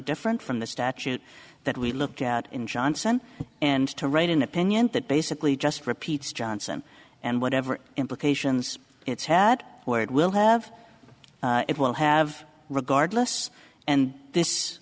different from the statute that we look at in johnson and to write an opinion that basically just repeats johnson and whatever implications it's had where it will have it will have regardless and this